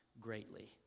greatly